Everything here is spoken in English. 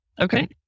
Okay